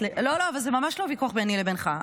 זה ממש לא ויכוח ביני לבינך.